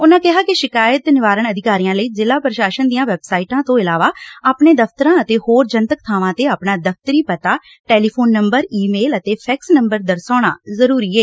ਉਨੂਾਂ ਕਿਹਾ ਕਿ ਸ਼ਿਕਾਇਤ ਨਿਵਾਰਣ ਅਧਿਕਾਰੀਆਂ ਲਈ ਜ਼ਿਲ੍ਹਾ ਪ੍ਰਸਾਸਨ ਦੀਆਂ ਵੈਬਸਾਈਟਾਂ ਤੋਂ ਇਲਾਵਾ ਆਪਣੇ ਦਫਤਰਾਂ ਅਤੇ ਹੋਰ ਜਨਤਕ ਬਾਵਾਂ ਤੇ ਆਪਣਾ ਦਫਤਰੀ ਪਤਾ ਟੈਲੀਫੋਨ ਨੰਬਰ ਈਮੇਲ ਅਤੇ ਫੈਕਸ ਨੰਬਰ ਦਰਸਾਉਣਾ ਜਰੂਰੀ ਏ